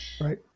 Right